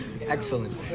Excellent